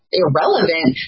irrelevant